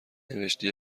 نوشتی